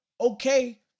okay